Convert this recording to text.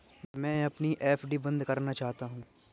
मैं अपनी एफ.डी बंद करना चाहता हूँ